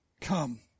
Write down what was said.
come